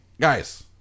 guys